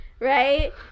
Right